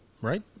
right